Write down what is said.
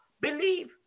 Believe